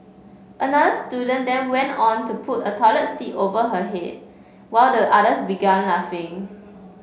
another student then went on to put a toilet seat over her head while the others began laughing